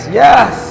yes